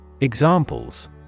Examples